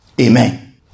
Amen